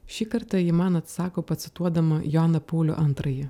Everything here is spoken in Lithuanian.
šį kartą ji man atsako pacituodama joną paulių antrąjį